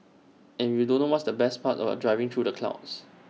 and you don't know what's the best part about driving through the clouds